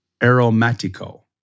aromatico